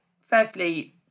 firstly